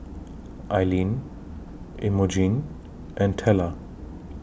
Ilene Emogene and Tella